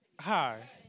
Hi